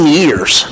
years